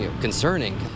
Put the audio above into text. concerning